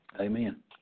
Amen